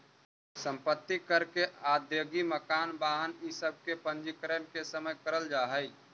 सम्पत्ति कर के अदायगी मकान, वाहन इ सब के पंजीकरण के समय करल जाऽ हई